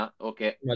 Okay